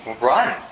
run